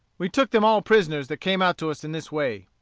we took them all prisoners that came out to us in this way.